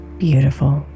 beautiful